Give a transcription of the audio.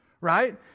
right